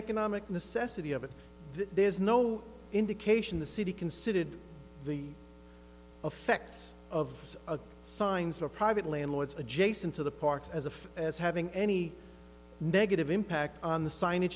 economic necessity of it there's no indication the city considered the affects of a signs of private landlords adjacent to the parks as if as having any negative impact on the si